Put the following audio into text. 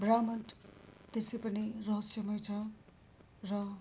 ब्रह्माण्ड त्यसै पनि रहस्यमय छ र